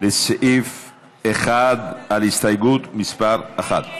על סעיף 1, על הסתייגות מס' 1,